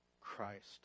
Christ